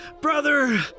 Brother